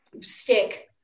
stick